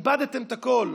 איבדתם את הכול.